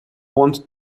want